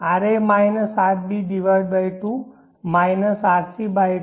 ra rB2 rc2